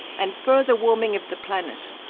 and further warming of the planet.